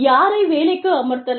யாரை வேலைக்கு அமர்த்தலாம்